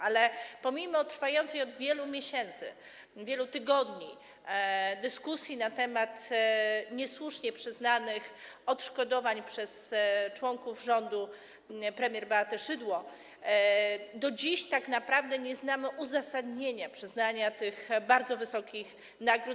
Ale pomimo trwającej od wielu miesięcy, wielu tygodni dyskusji na temat niesłusznie przyznanych nagród członkom rządu premier Beaty Szydło do dziś tak naprawdę nie znamy uzasadnienia przyznania im tych bardzo wysokich nagród.